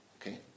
Okay